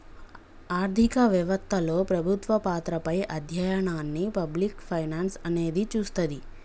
ఆర్థిక వెవత్తలో ప్రభుత్వ పాత్రపై అధ్యయనాన్ని పబ్లిక్ ఫైనాన్స్ అనేది చూస్తది